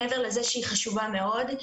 מעבר לזה שהיא חשובה מאוד,